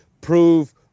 prove